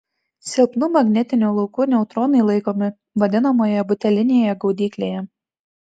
silpnu magnetiniu lauku neutronai laikomi vadinamojoje butelinėje gaudyklėje